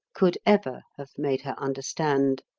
could ever have made her understand.